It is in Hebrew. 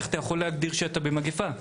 איך אפשר להגיד שהייתה מגיפה?